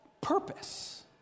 purpose